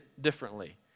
differently